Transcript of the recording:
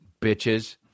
bitches